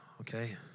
Okay